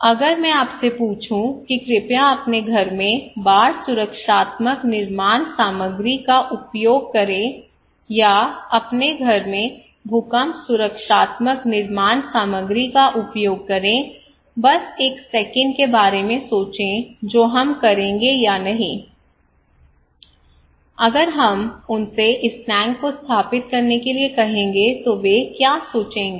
अगर मैं आपसे पूछूं कि कृपया अपने घर में बाढ़ सुरक्षात्मक निर्माण सामग्री का उपयोग करें या अपने घर में भूकंप सुरक्षात्मक निर्माण सामग्री का उपयोग करें बस एक सेकंड के बारे में सोचें जो हम करेंगे या नहीं अगर हम उनसे इस टैंक को स्थापित करने के लिए कहेंगे तो वे क्या सोचेंगे